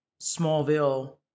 smallville